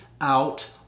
out